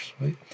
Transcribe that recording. right